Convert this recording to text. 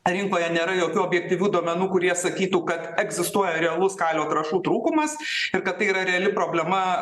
rinkoje nėra jokių objektyvių duomenų kurie sakytų kad egzistuoja realus kalio trąšų trūkumas ir kad tai yra reali problema